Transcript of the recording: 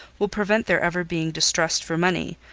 will prevent their ever being distressed for money,